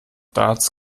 darts